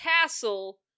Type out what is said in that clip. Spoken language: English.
castle